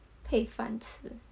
配饭吃